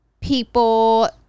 people